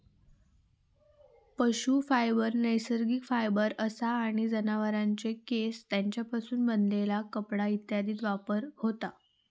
पशू फायबर नैसर्गिक फायबर असा आणि जनावरांचे केस, तेंच्यापासून बनलेला कपडा इत्यादीत वापर होता